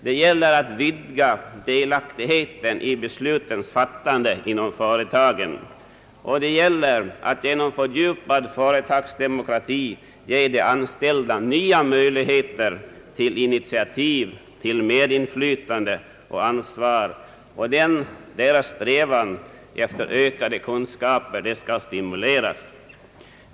Det gäller att vidga delaktigheten i beslutens fattande inom företagen och det gäller att genom fördjupad företagsdemokrati ge de anställda nya möjligheter till initiativ, medinflytande och ansvar, och deras strävan efter ökade kunskaper skall stimuleras.